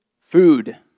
Food